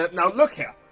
but now look here.